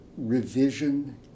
revision